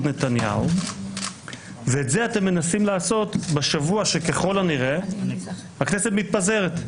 נתניהו ואת זה אתם מנסים לעשות בשבוע שככל הנראה הכנסת מתפזרת,